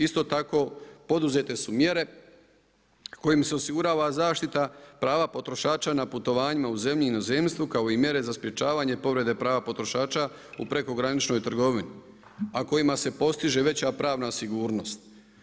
Isto tako poduzete su mjere kojima se osigurava zaštita prava potrošača na putovanjima u zemlji i inozemstvu kao i mjere za sprječavanje i povrede prava potrošača u prekograničnoj trgovini a kojima se postiže veća prava sigurnost.